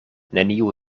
neniu